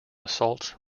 assaults